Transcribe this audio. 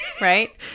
Right